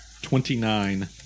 Twenty-nine